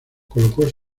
colocó